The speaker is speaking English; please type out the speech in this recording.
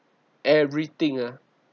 everything ah